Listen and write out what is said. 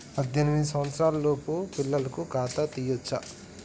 పద్దెనిమిది సంవత్సరాలలోపు పిల్లలకు ఖాతా తీయచ్చా?